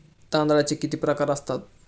तांदळाचे किती प्रकार असतात?